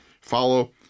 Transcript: follow